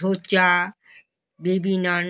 dosa বেবিনান